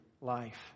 life